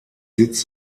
sitz